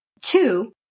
two